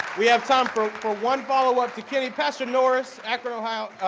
we have time for for one follow-up to kenny. pastor norris, akron, ohio,